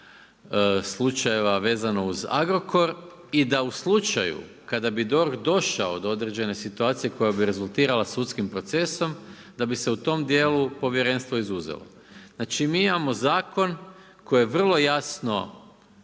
slučajeva vezano uz Agrokor i da u slučaju kada bi DORH došao do određene situacije koja bi rezultirala sudskim procesom, da bi se u tom dijelu povjerenstvo izuzelo. Znači mi imamo zakon koji je vrlo jasno